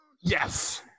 Yes